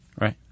Right